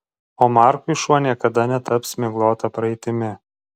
o markui šuo niekada netaps miglota praeitimi